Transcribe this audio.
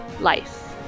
life